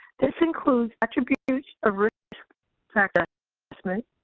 this includes attributes of risk factor assessment,